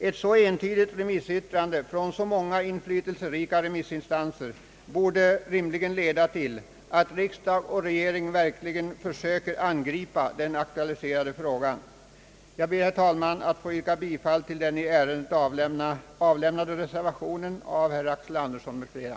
Ett så entydigt remissyttrande från så många inflytelserika remissinstanser borde rimligen leda till att riksdag och regering verkligen försökte angripa den aktualiserade frågan. Jag ber, herr talman, att få yrka bifall till den i ärendet avlämnade reservationen av herr Axel Andersson m.fl.